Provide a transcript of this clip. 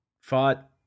fought